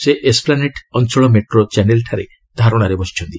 ସେ ଏସ୍ପ୍ଲାନେଡ ଅଞ୍ଚଳ ମେଟ୍ରୋ ଚ୍ୟାନେଲଠାରେ ଧାରଣାରେ ବସିଛନ୍ତି